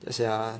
ya sia